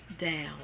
down